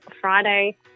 Friday